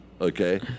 Okay